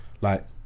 like-